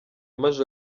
maj